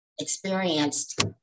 experienced